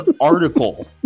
article